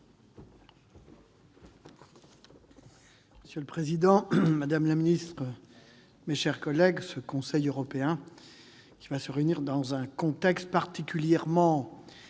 Monsieur le président, madame la ministre, mes chers collègues, ce Conseil européen va se réunir dans un contexte particulièrement